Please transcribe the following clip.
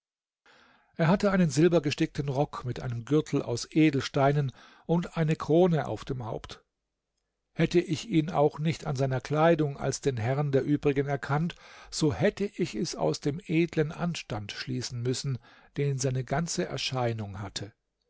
er hatte einen silbergestickten rock mit einem gürtel aus edelsteinen und eine krone auf dem haupt hätte ich ihn auch nicht an seiner kleidung als den herrn der übrigen erkannt so hätte ich es aus dem edlen anstand schließen müssen den seine ganze erscheinung hatte